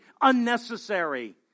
unnecessary